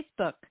Facebook